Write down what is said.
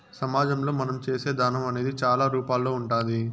సమాజంలో మనం చేసే దానం అనేది చాలా రూపాల్లో ఉంటాది